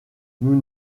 nous